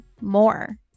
more